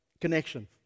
connection